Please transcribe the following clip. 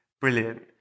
brilliant